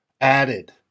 added